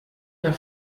der